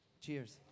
Cheers